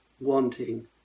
wanting